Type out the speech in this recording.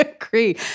agree